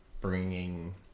bringing